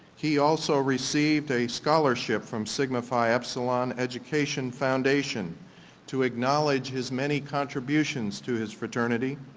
he also received a scholarship from sigma phi epsilon education foundation to acknowledge his many contributions to his fraternity.